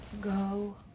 Go